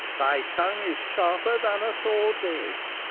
thy tongue is sharper than a sword's edge,